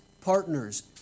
partners